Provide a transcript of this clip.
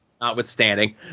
Notwithstanding